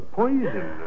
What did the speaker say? poison